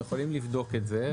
אנחנו יכולים לבדוק את זה,